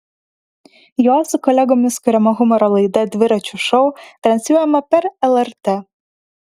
jo su kolegomis kuriama humoro laida dviračio šou transliuojama per lrt